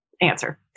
answer